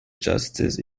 justice